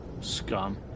scum